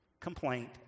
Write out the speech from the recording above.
Complaint